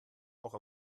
auch